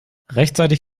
rechtzeitig